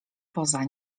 poza